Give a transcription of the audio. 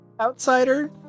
outsider